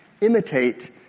Imitate